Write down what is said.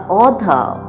author